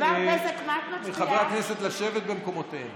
מבקש מחברי הכנסת לשבת במקומותיהם.